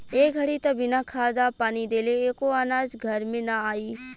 ए घड़ी त बिना खाद आ पानी देले एको अनाज घर में ना आई